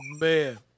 man